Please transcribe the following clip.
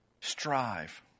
strive